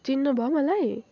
चिन्नुभयो मलाई